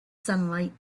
sunlight